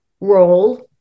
role